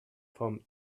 from